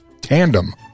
tandem